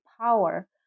power